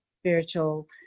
spiritual